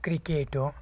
cricket